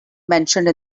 mentioned